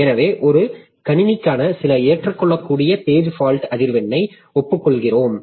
எனவே ஒரு கணினிக்கான சில "ஏற்றுக்கொள்ளக்கூடிய" பேஜ் ஃபால்ட் அதிர்வெண்ணை ஒப்புக்கொள்கிறோம்